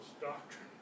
Doctrine